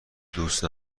دوست